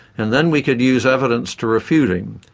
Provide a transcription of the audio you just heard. and then we could use evidence to refute him.